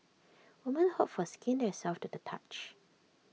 women hope for skin that is soft to the touch